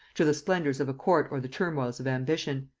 to the splendors of a court or the turmoils of ambition.